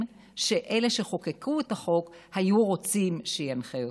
שאלה שחוקקו את החוק היו רוצים שינחו אותו.